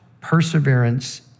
perseverance